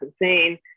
insane